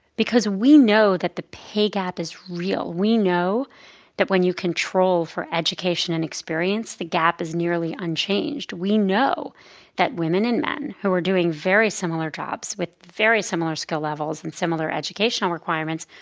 because we know that the pay gap is real. we know that when you control for education and experience, the gap is nearly unchanged. we know that women and men who are doing very similar jobs, with very similar skill levels and similar educational requirements,